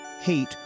hate